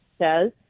says